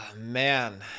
man